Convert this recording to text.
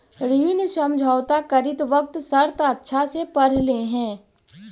ऋण समझौता करित वक्त शर्त अच्छा से पढ़ लिहें